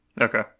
okay